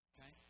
Okay